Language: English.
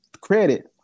credit